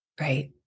right